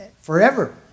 Forever